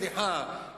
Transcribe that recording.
סליחה,